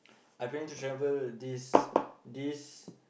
I'm planning to travel this this